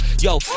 Yo